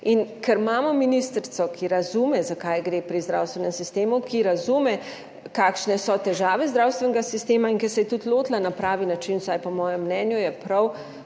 Ker imamo ministrico, ki razume, za kaj gre pri zdravstvenem sistemu, ki razume, kakšne so težave zdravstvenega sistema in ki se je tudi lotila na pravi način, vsaj po mojem mnenju, je prav,